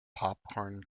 popcorn